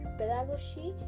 pedagogy